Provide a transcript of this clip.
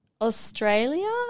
Australia